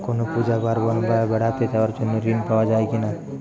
কোনো পুজো পার্বণ বা বেড়াতে যাওয়ার জন্য ঋণ পাওয়া যায় কিনা?